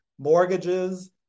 Mortgages